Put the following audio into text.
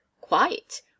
Quite